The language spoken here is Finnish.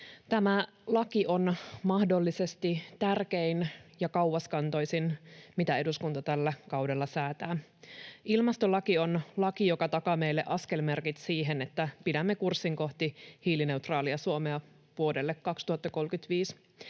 Tämä laki on mahdollisesti tärkein ja kauaskantoisin, mitä eduskunta tällä kaudella säätää. Ilmastolaki on laki, joka takaa meille askelmerkit siihen, että pidämme kurssin kohti hiilineutraalia Suomea vuodelle 2035.